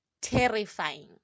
terrifying